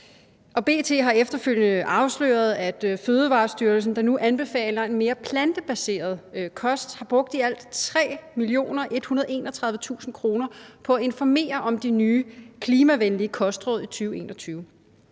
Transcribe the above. B.T. har efterfølgende afsløret, at Fødevarestyrelsen, der nu anbefaler en mere plantebaseret kost, i 2021 har brugt i alt 3.131.000 kr. på at informere om de nye klimavenlige kostråd.